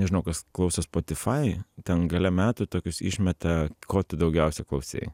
nežinau kas klauso spotifai ten gale metų tokius išmeta ko tu daugiausia klausei